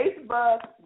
Facebook